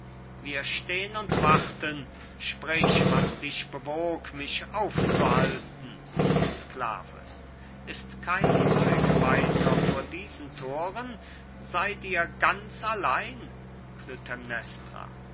wir stehn und warten sprich was dich bewog mich aufzuhalten sklave ist kein zeuge weiter vor diesen thoren seid ihr ganz allein